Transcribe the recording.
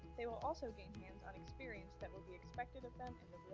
they will also gain hands on experience that will be expected of them